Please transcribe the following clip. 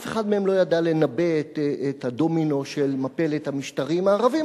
אף אחד מהם לא ידע לנבא את הדומינו של מפלת המשטרים הערביים,